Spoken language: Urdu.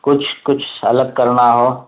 کچھ کچھ الگ کرنا ہو